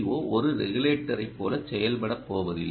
ஓ ஒரு ரெகுலேட்டரைப் போல செயல்படப் போவதில்லை